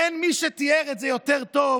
אין מי שתיאר את זה יותר טוב